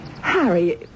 Harry